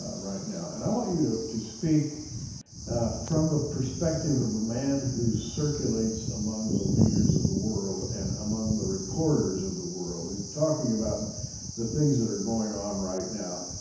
ah right now. and i want you to to speak from the perspective of a man who circulates among the leaders of the world and among the reporters of the world. talking about the things that are going on right now.